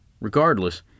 Regardless